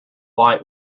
light